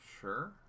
Sure